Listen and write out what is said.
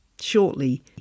shortly